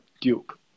Duke